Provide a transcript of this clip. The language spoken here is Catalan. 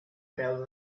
preu